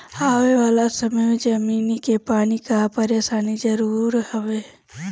आवे वाला समय में जमीनी के पानी कअ परेशानी जरूर होई